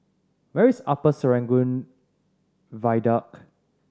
where is Upper Serangoon Viaduct